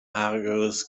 hageres